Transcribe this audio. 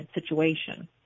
situation